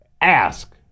ask